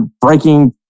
breaking